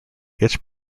itch